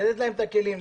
לתת להם את הכלים.